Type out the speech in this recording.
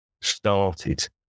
started